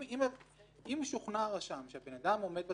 אם שוכנע הרשם שאדם עומד בתשלומים,